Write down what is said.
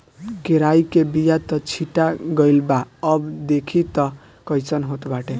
केराई के बिया त छीटा गइल बा अब देखि तअ कइसन होत बाटे